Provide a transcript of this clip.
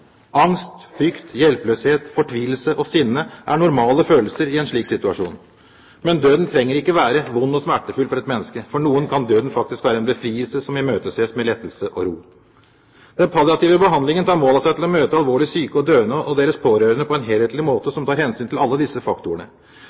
Angst, frykt, hjelpeløshet, fortvilelse og sinne er normale følelser i en slik situasjon. Men døden trenger ikke være vond og smertefull for et menneske. For noen kan døden faktisk være en befrielse som imøteses med lettelse og ro. Den palliative behandlingen tar mål av seg til å møte alvorlig syke og døende og deres pårørende på en helhetlig måte som tar hensyn til alle disse faktorene.